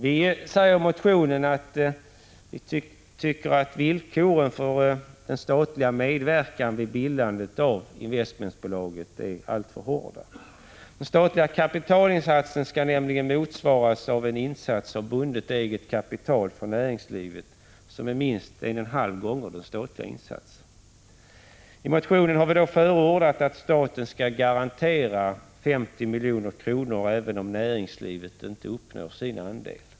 Vi säger i vår motion att villkoren för den statliga medverkan vid bildandet är alltför hårda. Den statliga kapitalinsatsen skall nämligen motsvaras av en insats av bundet eget kapital från näringslivet, som skall vara minst 1,5 gånger den statliga insatsen. Vi förordar i motionen att staten garanterar en insats på 50 milj.kr., även om näringslivet inte uppnår sin andel.